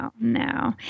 no